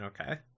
Okay